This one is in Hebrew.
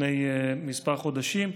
לפני כמה חודשים,